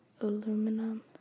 Aluminum